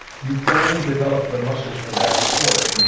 you only develop the muscles for that sport, and